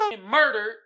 murdered